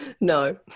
no